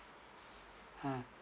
um